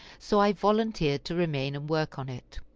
so i volunteered to remain and work on it.